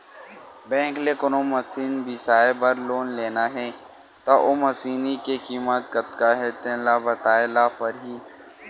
bank ले कोनो machine बिसाए बर लोन लेना हे त ओ मसीनी के कीमत कतका हे तेन ल बताए ल परही